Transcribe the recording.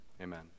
amen